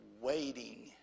waiting